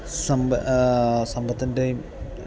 സമ്പത്തിൻ്റെയും